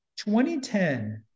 2010